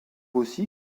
aussi